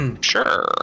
Sure